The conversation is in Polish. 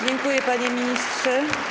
Dziękuję, panie ministrze.